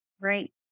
Right